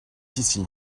ici